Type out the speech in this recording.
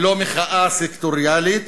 היא לא מחאה סקטוריאלית,